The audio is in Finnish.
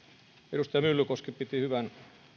edustaja myllykoski piti hyvän